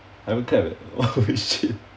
haven't tap eh oh shit